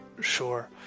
Sure